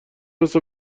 مثه